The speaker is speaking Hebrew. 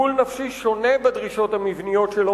טיפול נפשי שונה בדרישות המבניות שלו